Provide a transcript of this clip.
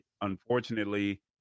Unfortunately